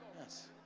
Yes